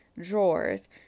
drawers